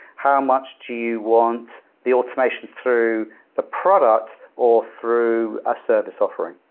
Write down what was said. how much do you want the automation through the product or through a service offering?